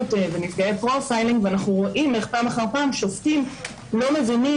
חוזרת לבעלה יכול לכאורה לחשוב שהיא קיבלה